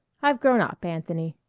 i've grown up, anthony.